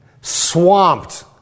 swamped